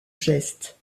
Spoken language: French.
geste